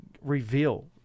Reveal